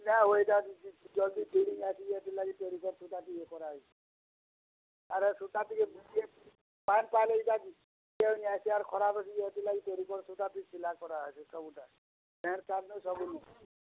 ନାଁ ହୁଏ ଜଲ୍ଦି ଛିଡ଼ି ହେଥିର୍ ଲାଗି ଟେରିକଟ୍ ସୂତାଥି ଇଏ କରାହେସି ଆର୍ ଏ ସୂତା ଟିକେ ଇଟା ଖରା ପଶିଯିବ ହେଥିର୍ ଲାଗି ଟେରିକଟ୍ ସୂତାଥି ସିଲା କରାହେସି ସବୁଟା ପ୍ୟାଣ୍ଟ୍ ଶାର୍ଟ୍ନୁ ସବୁନୁ